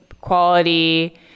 quality